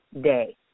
day